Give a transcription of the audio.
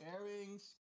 earrings